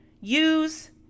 use